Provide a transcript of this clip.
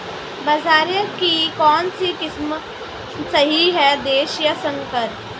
बाजरे की कौनसी किस्म सही हैं देशी या संकर?